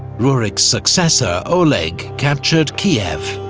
rurik's successor, oleg, captured kiev,